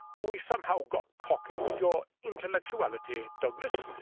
we somehow got talking of your intellectuality, douglas,